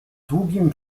długim